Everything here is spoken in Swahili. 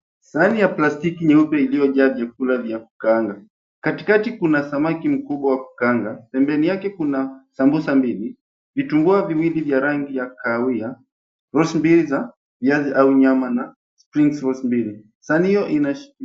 Sahani ya plastiki nyeupe ililiyojaa vyakula vya kukaanga katikati kuna samaki mkubwa wa kukaanga pembeni yake kuna sambusa mbili, vitumbuwa viwili vya rangi ya kahawia, rows mbili za viazi au nyama na spring rolls mbili sahani hiyo.